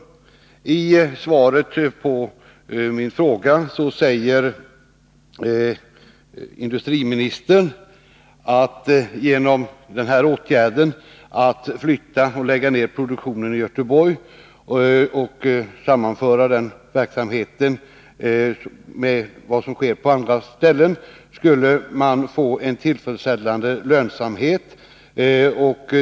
I sitt svar på min fråga säger industriministern att man skulle få en tillfredsställande lönsamhet genom åtgärden att lägga ned produktionen i Göteborg och flytta över den till företagets fabriker på andra håll i landet och sammanföra den med verksamheten där.